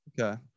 okay